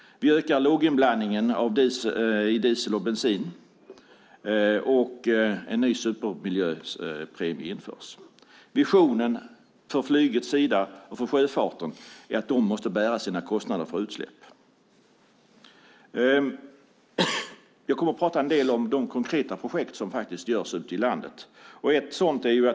Vi ökar låginblandningen i diesel och bensin, och en ny supermiljöbilspremie införs. Visionen för flyget och för sjöfarten är att de måste bära sina kostnader för utsläpp. Jag kommer nu att säga några ord om de konkreta projekt som genomförs ute i landet.